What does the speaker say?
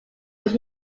was